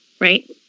Right